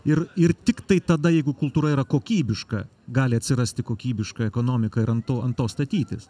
ir ir tiktai tada jeigu kultūra yra kokybiška gali atsirasti kokybiška ekonomika ir ant to ant to statytis